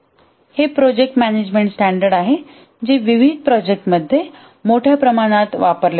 हे project management standard आहे जे विविध प्रोजेक्ट मध्ये मोठ्या प्रमाणात वापरले जाते